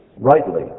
rightly